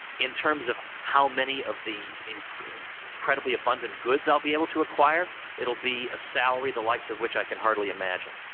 in terms of how many of the incredibly abundant goods i'll be able to acquire, it will be a salary the likes of which i can hardly imagine.